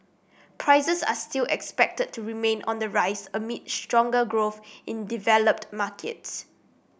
prices are still expected to remain on the rise amid stronger growth in developed markets